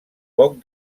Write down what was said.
poc